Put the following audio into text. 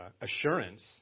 Assurance